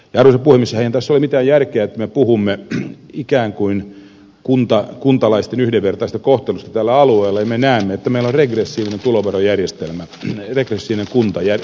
eihän tässä ole mitään järkeä että me puhumme ikään kuin kuntalaisten yhdenvertaisesta kohtelusta tällä alueella ja me näemme että meillä on regressiivinen tuloverojärjestelmä regressiivinen kuntavero pääkaupunkiseudulla